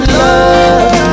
love